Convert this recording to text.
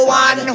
one